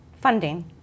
funding